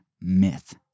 myth